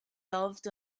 loved